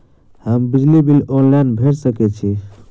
हम बिजली bill online भैर सकै छी?